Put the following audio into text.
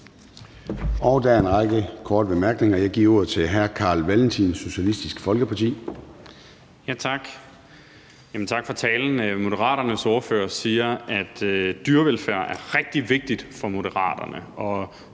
Der er en række korte bemærkninger. Jeg giver ordet til hr. Carl Valentin, Socialistisk Folkeparti. Kl. 10:51 Carl Valentin (SF): Tak. Og tak for talen. Moderaternes ordfører siger, at dyrevelfærd er rigtig vigtigt for Moderaterne,